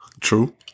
True